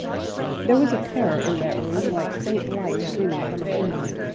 there was a terror in that room like faint light streaming from a tomb.